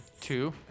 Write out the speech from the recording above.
Two